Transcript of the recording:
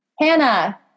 Hannah